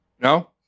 No